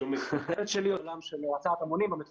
לעולם של הסעת המונים, המטרופולין,